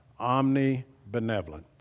omnibenevolent